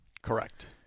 Correct